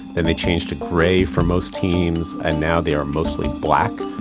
and they changed to grey for most teams, and now they are mostly black.